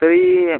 तरी